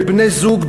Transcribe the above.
בבני-זוג,